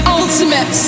ultimate